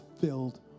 filled